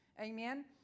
amen